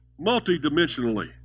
multidimensionally